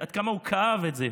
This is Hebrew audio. עד כמה הוא כאב את זה.